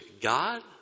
God